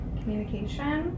communication